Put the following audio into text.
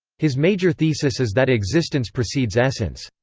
his major thesis is that existence precedes essence.